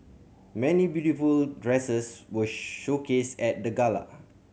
many beautiful dresses were showcased at the gala